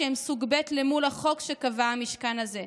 שהם סוג ב' מול החוק שקבע המשכן הזה.